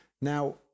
Now